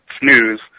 snooze